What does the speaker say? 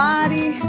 Body